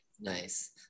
Nice